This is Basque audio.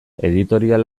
editorial